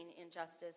injustice